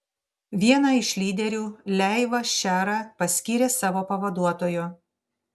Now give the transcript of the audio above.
vieną iš lyderių leivą šerą paskyrė savo pavaduotoju